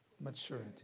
Maturity